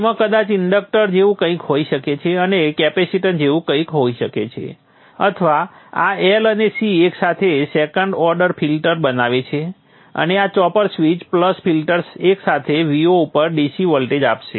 તેમાં કદાચ ઇન્ડક્ટર જેવું કંઈક હોઈ શકે છે અને કેપેસીટન્સ જેવું કંઈક હોઈ શકે છે અથવા આ L અને C એકસાથે સેકન્ડ ઓર્ડર ફિલ્ટર બનાવે છે અને આ ચોપર સ્વીચ પ્લસ ફિલ્ટર એકસાથે Vo ઉપર DC વોલ્ટેજ આપશે